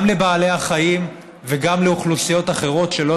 גם לבעלי החיים וגם לאוכלוסיות אחרות שלא